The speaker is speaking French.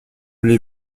l’ai